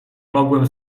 mogłem